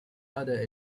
other